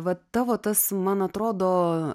va tavo tas man atrodo